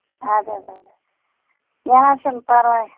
اَدٕ حظ اَدٕ حظ کیٚنٛہہ نہَ حظ چھُنہٕ پَرواے